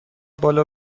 بالا